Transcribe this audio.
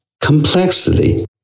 Complexity